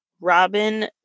Robin